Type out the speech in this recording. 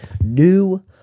new